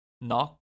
Knock